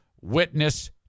witness